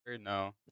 No